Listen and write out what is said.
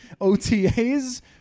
OTAs